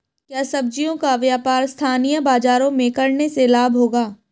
क्या सब्ज़ियों का व्यापार स्थानीय बाज़ारों में करने से लाभ होगा?